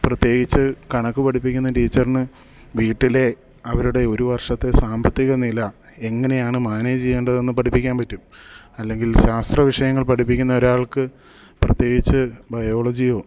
പ്രത്യേകിച്ച് കണക്ക് പഠിപ്പിക്കുന്ന ടീച്ചറിന് വീട്ടിലേ അവരുടെ ഒരു വർഷത്തേ സാമ്പത്തികനില എങ്ങനെയാണ് മാനേജ് ചെയ്യേണ്ടതെന്ന് പഠിപ്പിക്കാൻ പറ്റും അല്ലെങ്കിൽ ശാസ്ത്രവിഷയങ്ങൾ പഠിപ്പിക്കുന്ന ഒരാൾക്ക് പ്രത്യേകിച്ച് ബയോളജിയോ